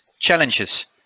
challenges